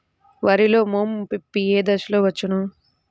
వరిలో మోము పిప్పి ఏ దశలో వచ్చును?